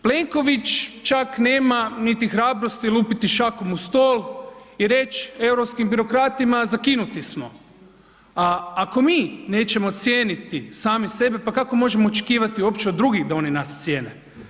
Plenković čak nema niti hrabrosti lupiti šakom o stol i reći europskim birokratima zakinuti smo, a ako mi nećemo cijeniti sami sebe pa kako možemo očekivati uopće od drugih da ni nas cijene.